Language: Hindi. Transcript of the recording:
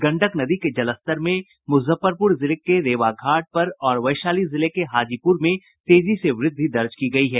गंडक नदी के जलस्तर में मुजफ्फरपुर जिले के रेवा घाट पर और वैशाली जिले के हाजीपुर में तेजी से वृद्धि दर्ज की गयी है